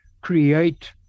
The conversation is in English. create